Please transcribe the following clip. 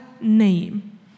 name